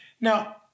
Now